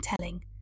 telling